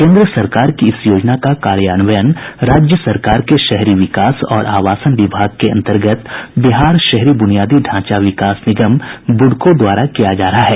केन्द्र सरकार की इस योजना का कार्यान्वयन राज्य सरकार के शहरी विकास और आवासन विभाग के अंतर्गत बिहार शहरी बुनियादी ढांचा विकास निगम बुडको द्वारा किया जा रहा है